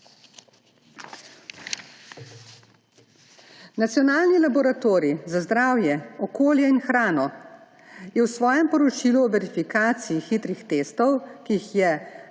Nacionalni laboratorij za zdravje, okolje in hrano je v svojem poročilu o verifikaciji hitrih testov, ki jih je